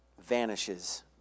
vanishes